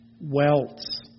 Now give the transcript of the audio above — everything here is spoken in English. welts